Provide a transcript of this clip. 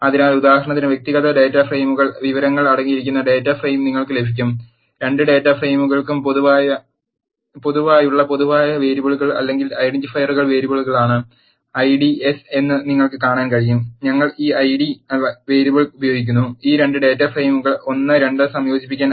അതിനാൽ ഉദാഹരണത്തിന് വ്യക്തിഗത ഡാറ്റ ഫ്രെയിമുകളിൽ വിവരങ്ങൾ അടങ്ങിയിരിക്കുന്ന ഡാറ്റ ഫ്രെയിം നിങ്ങൾക്ക് ലഭിക്കും രണ്ട് ഡാറ്റാ ഫ്രെയിമുകൾക്കും പൊതുവായുള്ള പൊതുവായ വേരിയബിളുകൾ അല്ലെങ്കിൽ ഐഡന്റിഫയറുകൾ വേരിയബിളുകളാണ് ഐ ഡി എസ് എന്ന് നിങ്ങൾക്ക് കാണാൻ കഴിയും ഞങ്ങൾ ഈ ഐഡി വേരിയബിൾ ഉപയോഗിക്കുന്നു ഈ 2 ഡാറ്റ ഫ്രെയിമുകൾ 1 2 സംയോജിപ്പിക്കാൻ